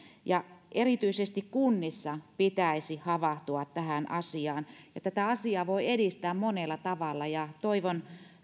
erityisesti kunnissa pitäisi havahtua tähän asiaan tätä asiaa voi edistää monella tavalla ja toivon